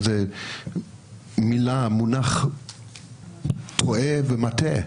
זה מונח טועה ומטעה.